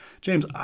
James